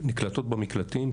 והן נקלטות במקלטים,